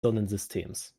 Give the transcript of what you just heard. sonnensystems